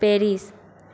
Paris